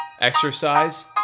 exercise